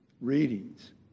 readings